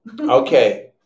okay